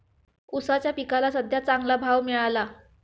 ऊसाच्या पिकाला सद्ध्या चांगला भाव मिळाला